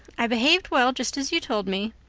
i behaved well, just as you told me.